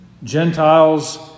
Gentiles